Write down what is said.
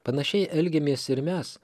panašiai elgiamės ir mes